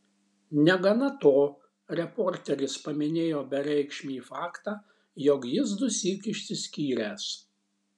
negana to reporteris paminėjo bereikšmį faktą jog jis dusyk išsiskyręs